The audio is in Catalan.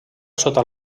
sota